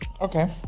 Okay